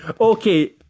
Okay